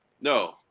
No